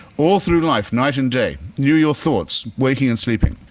all through life, night and day, knew your thoughts, waking and sleeping,